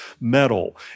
metal